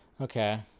Okay